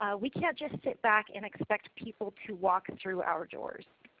ah we can't just sit back and expect people to walk and through our doors.